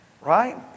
right